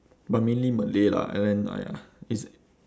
but mainly malay lah and then !aiya! it's